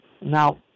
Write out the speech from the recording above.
Now